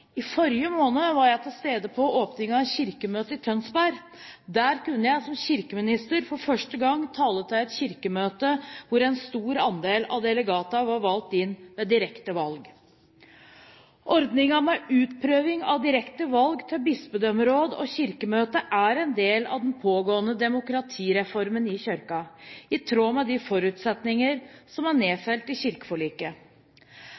I forrige måned var jeg til stede på åpningen av Kirkemøtet i Tønsberg. Der kunne jeg som kirkeminister for første gang tale til et kirkemøte hvor en stor andel av delegatene var valgt inn ved direkte valg. Ordningen med utprøving av direkte valg til bispedømmeråd og kirkemøte er en del av den pågående demokratireformen i Kirken, i tråd med de forutsetninger som er